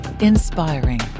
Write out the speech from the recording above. inspiring